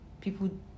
people